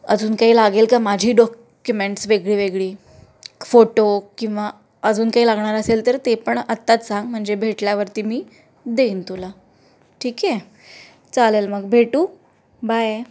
अजून काही लागेल का माझी डॉक्युमेंट्स वेगळी वेगळी फोटो किंवा अजून काही लागणार असेल तर ते पण आत्ताच सांग म्हणजे भेटल्यावरती मी देईन तुला ठीक आहे चालेल मग भेटू बाय